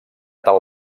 tal